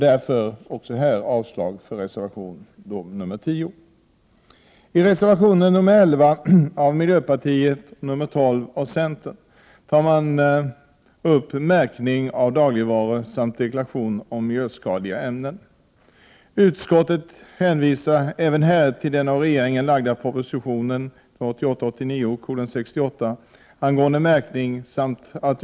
Därför yrkar jag avslag på reservation 10. I reservationerna 11 från miljöpartiet och 12 från centern tar man upp märkning av dagligvaror samt deklaration om miljöskadliga ämnen. Utskottet hänvisar även här till den av regeringen framlagda propositionen 1988/89:68 angående märkning.